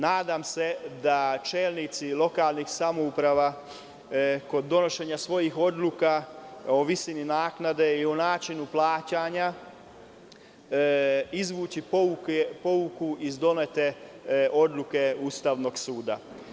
Nadam se da će čelnici lokalnih samouprava kod donošenja svojih odluka o visini naknade i o načinu plaćanja izvući pouku iz donete odluke Ustavnog suda.